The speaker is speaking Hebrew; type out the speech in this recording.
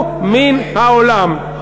פרחו מן העולם.